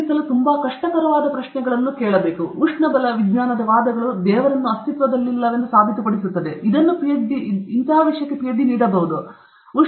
thermodynamic ವಾದಗಳನ್ನು ಬಳಸಿ ಸಮಸ್ಯೆ ಉಂಟಾಗುತ್ತದೆ ಉಷ್ಣಬಲ ವಿಜ್ಞಾನದ ವಾದಗಳು ದೇವರನ್ನು ಅಸ್ತಿತ್ವದಲ್ಲಿಲ್ಲವೆಂದು ಸಾಬೀತುಪಡಿಸುತ್ತವೆ ಇದನ್ನು ಪಿಎಚ್ಡಿ ಎಂದು ನೀಡಬಹುದು